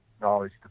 knowledge